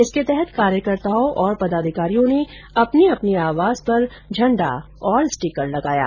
इसके तहत कार्यकर्ताओं और पदाधिकारियों ने अपने अपने आवास पर झण्डा और स्टीकर लगाया गया